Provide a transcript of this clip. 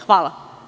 Hvala.